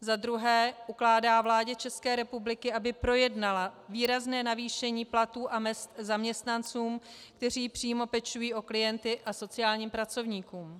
2. ukládá vládě České republiky, aby projednala výrazné navýšení platů a mezd zaměstnancům, kteří přímo pečují o klienty, a sociálním pracovníkům;